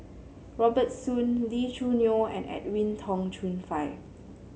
Robert Soon Lee Choo Neo and Edwin Tong Chun Fai